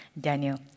Daniel